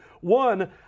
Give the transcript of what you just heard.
One